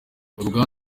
uruganda